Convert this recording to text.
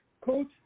Coach